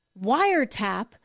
wiretap